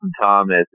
Thomas